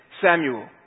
Samuel